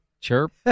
chirp